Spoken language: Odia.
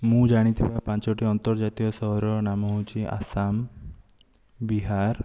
ମୁଁ ଜାଣିଥିବା ପାଞ୍ଚୋଟି ଆନ୍ତର୍ଜାତିକ ସହରର ନାମ ହେଉଛି ଆସାମ ବିହାର